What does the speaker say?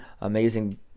amazing